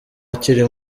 akiri